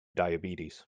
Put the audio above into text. diabetes